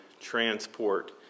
transport